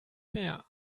mehr